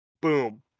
Boom